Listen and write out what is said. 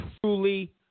truly